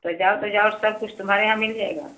तो जाओ तो जाओ सब कुछ तुम्हारे यहाँ मिल जाएगा